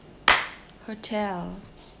hotel